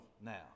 now